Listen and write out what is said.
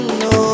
no